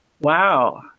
wow